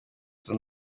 aza